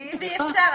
תגידו, מאיפה באתם?